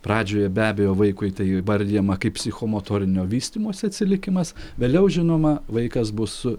pradžioje be abejo vaikui tai įvardijama kaip psichomotorinio vystymosi atsilikimas vėliau žinoma vaikas bus su